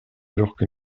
легкой